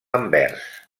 anvers